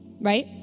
right